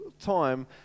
time